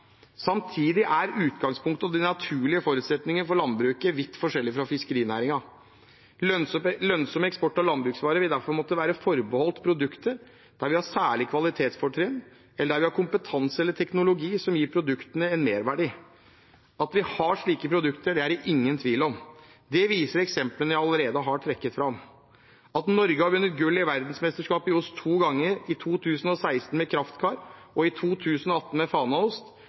Samtidig er utgangspunktet og de naturlige forutsetningene for landbruket vidt forskjellig fra fiskerinæringen. Lønnsom eksport av landbruksvarer vil derfor måtte være forbeholdt produkter der vi har særlige kvalitetsfortrinn, eller der vi har kompetanse eller teknologi som gir produktene en merverdi. At vi har slike produkter, er det ingen tvil om, det viser eksemplene jeg allerede har trukket fram. At Norge har vunnet gull i verdensmesterskapet i ost to ganger, i 2016 med Kraftkar og i 2018 med